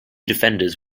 defenders